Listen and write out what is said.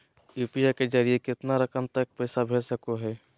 UPI के जरिए कितना रकम तक पैसा भेज सको है?